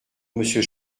monsieur